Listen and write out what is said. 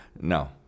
No